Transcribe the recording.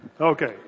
okay